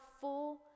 full